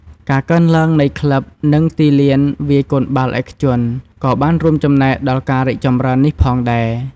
ការកើនឡើងនៃក្លឹប និងទីលានវាយកូនបាល់ឯកជន ក៏បានរួមចំណែកដល់ការរីកចម្រើននេះផងដែរ។